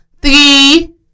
three